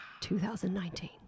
2019